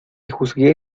juzgué